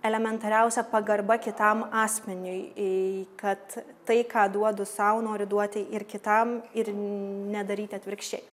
elementariausia pagarba kitam asmeniui kad tai ką duodu sau noriu duoti ir kitam ir nedaryti atvirkščiai